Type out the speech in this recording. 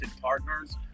partners